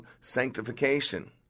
sanctification